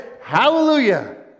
hallelujah